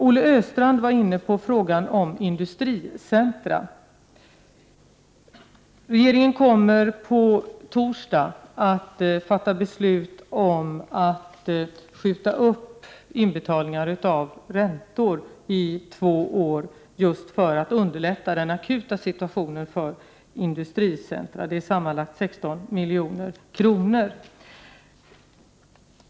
Olle Östrand var inne på frågan om industricentra. Regeringen kommer på torsdag att fatta beslut om att skjuta upp inbetalningar av räntor i två år, just för att underlätta den akuta situationen för industricentra. Det rör sig om sammanlagt 16 milj.kr.